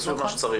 תעשו את מה שצריך.